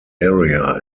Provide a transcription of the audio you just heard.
area